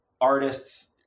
artists